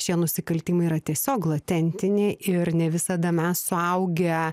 šie nusikaltimai yra tiesiog latentiniai ir ne visada mes suaugę